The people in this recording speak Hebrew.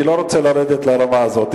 אני לא רוצה לרדת לרמה הזאת.